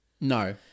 no